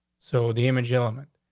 so the image element,